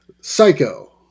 Psycho